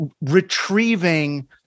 retrieving